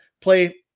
play